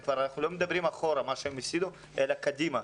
אנחנו לא מדברים אחורה ועל מה שהם הפסידו אלא קדימה.